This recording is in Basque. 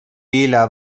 pila